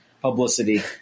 publicity